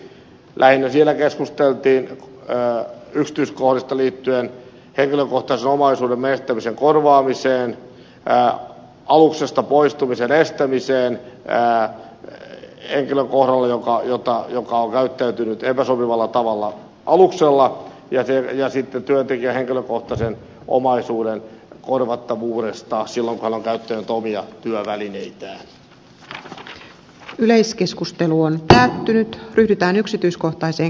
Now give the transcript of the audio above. lähinnä siellä keskusteltiin yksityiskohdista liittyen henkilökohtaisen omaisuuden menettämisen korvaamiseen aluksesta poistumisen estämiseen sellaisen henkilön kohdalla joka on käyttäytynyt epäsopivalla tavalla aluksella ja sitten työntekijän henkilökohtaisen omaisuuden korvattavuudesta silloin kun hän on pysähtynyt ryhdytään yksityiskohtaisen